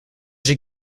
j’ai